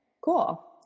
Cool